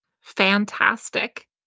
Fantastic